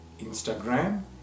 Instagram